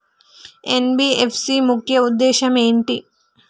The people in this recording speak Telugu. ఎన్.బి.ఎఫ్.సి ముఖ్య ఉద్దేశం ఏంటి?